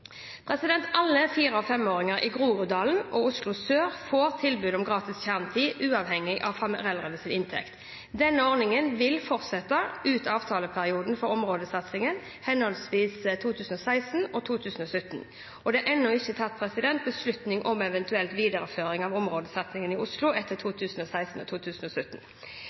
Alle fire- og femåringer i Groruddalen og Oslo Sør får tilbud om gratis kjernetid, uavhengig av foreldrenes inntekt. Denne ordningen vil fortsette ut avtaleperioden for områdesatsingen, henholdsvis 2016 og 2017. Det er enda ikke tatt noen beslutning om eventuell videreføring av områdesatsingen i Oslo etter 2016 og 2017.